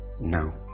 Now